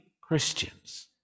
Christians